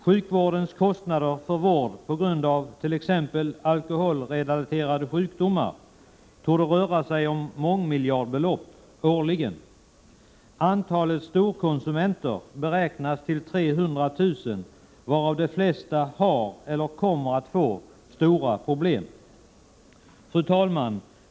Sjukvårdens kostnader för vård av t.ex. alkoholrelaterade sjukdomar torde röra sig om mångmiljardbelopp årligen. Antalet storkonsumenter beräknas till 300 000, och de flesta av dem har eller kommer att få stora problem. Fru talman!